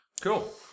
Cool